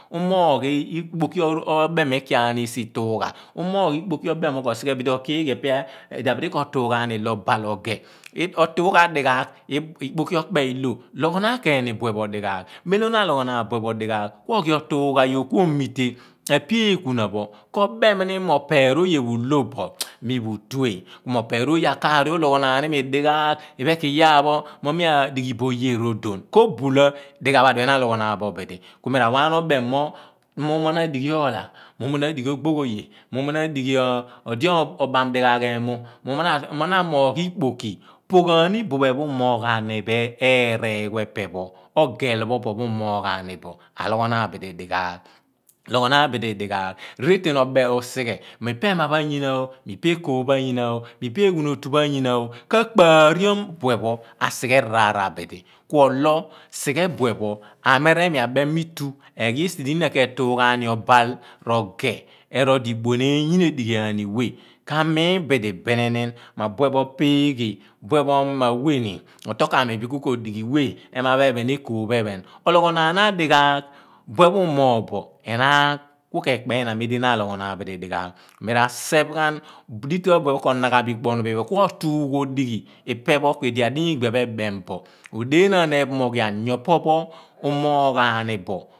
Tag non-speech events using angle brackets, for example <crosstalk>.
Umoogh ikpobi obem mo ikii ani esi ituugh umoogh ikpoki obeem mo ko sighe bidi okie <unintelligible> bidi ko tuu ghani ilo abaal roge otugha adighaagh ikpoki okpe lo logho naan keeni buepho dighaagh mem lo na aloghonaan buepho dighaa mem lo na aloghonaan bue pho dighaa kuo ghi otuugha yuogh kuo mitee epe eku na pho ko beem ni mo mum mo opeer oge nu lobo̱ mi mu tue. Ku mo opeer oye akaari uloghonaan imi dighaagh mo ephen kui yaar pho me adighi bo oye rodon kobula dighaagh pho adien pho na aloghonaan bo bidi ku mi ra wa ghan obem mo mum mo na adighi oola, mumor na a moogh ikpo ki pooghaari buphe pho u moogh aa ni bo eereegh pho u moogh aa ni bo eereegh pho epe pho a looghoo naan bidi dighaagh retean a beem mo sighe mumu ipa emapho ayinaoo, mumo ipa ekool pho ayinao kaapaariom buepho asighe raar abidi. Kuolo sighe bue pho a mere mi a ben mi tu eghi esi di nyina ketuughani obaal pho rogeh, rerol di ibueneen nyina edighiani weh. Kamiin bidi mo abue pho peeghe or mumorna weh ni, otu ko amibin kuko dighi weh. Ema pho eephin or ekool pho eephen. Ologhonaan adighaagh bue pho umoogh bo enaan ku kepe ina mem lo̱ na alogho naan bidi dighaagh mira seph ghan dita pho abuphe ko na ghan bo ikponu phi phen pho kuotuugh odighi ipe pho adiyaar igbia pho ebeem bo. Odeenaan epho mo ghian yo po pho umoghaa ni bo.